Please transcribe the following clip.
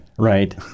Right